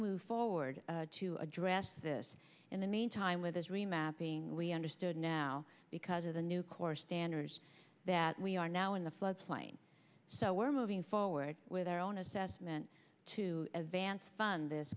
move forward to address this in the meantime with those remapping we understood now because of the new core standards that we are now in the floodplain so we're moving forward with our own assessment to advance fund this